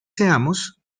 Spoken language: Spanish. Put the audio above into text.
seamos